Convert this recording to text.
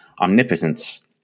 omnipotence